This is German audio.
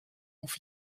auf